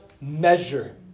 measure